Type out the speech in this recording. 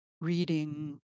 reading